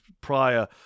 prior